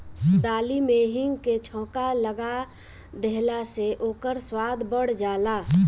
दाली में हिंग के छौंका लगा देहला से ओकर स्वाद बढ़ जाला